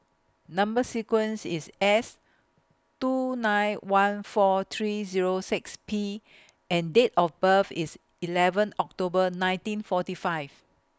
Number sequence IS S two nine one four three Zero six P and Date of birth IS eleven October nineteen forty five